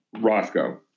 roscoe